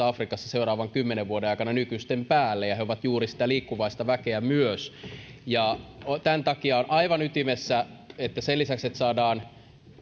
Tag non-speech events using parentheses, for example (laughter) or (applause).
(unintelligible) afrikassa seuraavan kymmenen vuoden aikana ja he ovat juuri sitä liikkuvaista väkeä myös tämän takia on aivan ytimessä että sen lisäksi että saadaan